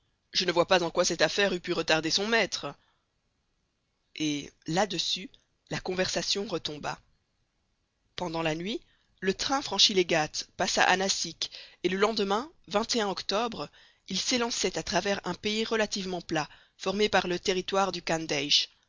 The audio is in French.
je ne vois pas en quoi cette affaire eût pu retarder son maître et là-dessus la conversation retomba pendant la nuit le train franchit les ghâtes passa à nassik et le lendemain octobre il s'élançait à travers un pays relativement plat formé par le territoire du